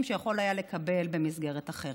שהוא יכול היה לקבל במסגרת אחרת.